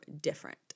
different